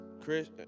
Chris